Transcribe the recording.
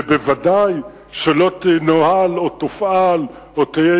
ובוודאי שלא תנוהל או תופעל או תהיה